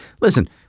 Listen